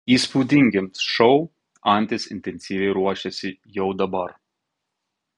įspūdingiems šou antis intensyviai ruošiasi jau dabar